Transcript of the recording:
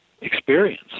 experience